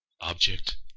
Object